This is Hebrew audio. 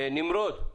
נמרוד,